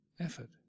effort